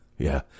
Yeah